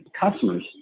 customers